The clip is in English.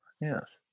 Yes